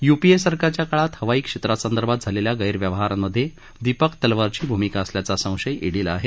UPA सरकारच्या काळात हवाई क्षेत्रासंदर्भात झालेल्या गैरव्यवहारांमधे दीपक तलवारची भूमिका असल्याचा संशय ईडीला आहे